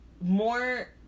More